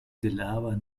gelaber